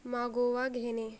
मागोवा घेणे